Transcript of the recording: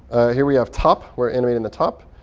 here we have top. we're animating the top.